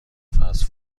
فست